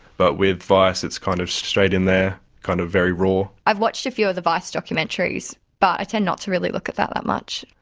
but with vice it's kind of straight in there, kind of very raw. i've watched a few of the vice documentaries but i tend not to really look at that that much.